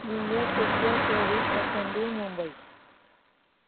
New York Tokyo Paris Kathmandu Mumbai